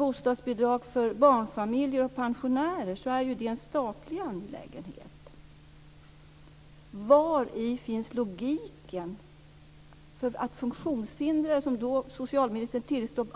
Bostadsbidrag för barnfamiljer och pensionärer är en statlig angelägenhet. Socialministern tillstår att funktionshindrade